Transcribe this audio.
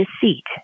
deceit